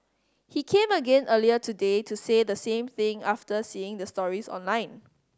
he came again earlier today to say the same thing after seeing the stories online